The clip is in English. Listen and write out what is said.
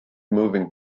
moving